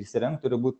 įsirengt turi būt